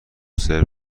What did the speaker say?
سرو